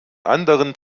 anderen